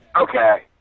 Okay